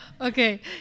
Okay